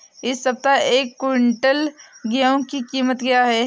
इस सप्ताह एक क्विंटल गेहूँ की कीमत क्या है?